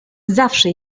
zawsze